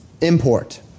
import